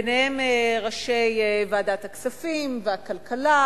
ביניהם ראשי ועדות הכספים והכלכלה,